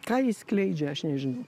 ką ji skleidžia aš nežinau